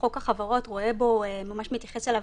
חוק החברות רואה בו וממש מתייחס אליו